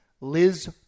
Liz